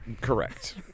Correct